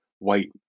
white